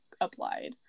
applied